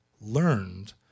learned